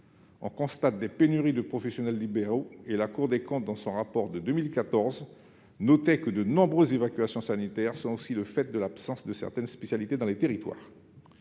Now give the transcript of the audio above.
On constate des pénuries de professionnels libéraux et la Cour des comptes notait, dans un rapport de 2014, que de nombreuses évacuations sanitaires sont aussi le fait de l'absence de certaines spécialités dans les territoires.